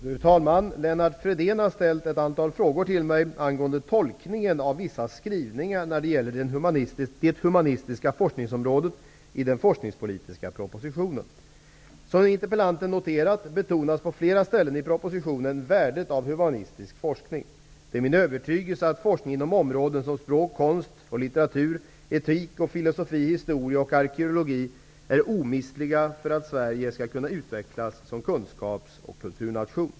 Fru talman! Lennart Fridén har ställt ett antal frågor till mig angående tolkningen av vissa skrivningar när det gäller det humanistiska forskningsområdet i den forskningspolitiska propositionen. Som interpellanten noterat, betonas på flera ställen i propositionen värdet av humanistisk forskning. Det är min övertygelse att forskning inom områden som språk, konst och litteratur, etik och filosofi, historia och arkeologi är omistlig för att Sverige skall kunna utvecklas som kunskaps och kulturnation.